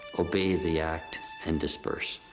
obey the act and disburse.